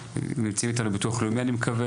נמצאים אתנו ביטוח לאומי אני מקווה,